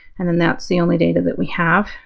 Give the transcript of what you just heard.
and then that's the only data that we have.